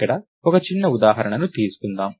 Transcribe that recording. ఇక్కడ ఒక చిన్న ఉదాహరణ తీసుకుందాం